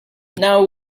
now